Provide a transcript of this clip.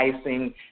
icing